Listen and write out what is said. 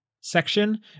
section